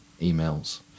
emails